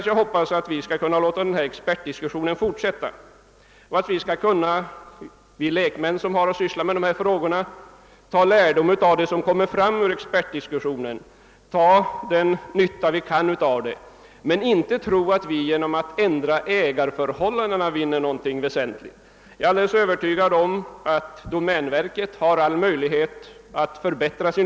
Jag hoppas att vi skall kunna låta denna expertdiskussion få fortsätta och att vi lekmän, som har att syssla med dessa frågor, skall ta lärdom av det som kommer fram ur expertdiskussionen. Vi bör dra den nytta vi kan av de synpunkter som kommer fram, men vi skall inte tro att vi genom att ändra ägarförhållandena vinner någonting väsentligt när det gäller skogen. Jag är alldeles övertygad om att domänverket har alla möjligheter att förbättra.